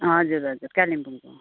हजुर हजुर कालिम्पोङको